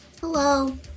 Hello